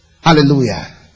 Hallelujah